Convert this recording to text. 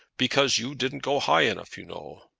because you didn't go high enough, you know.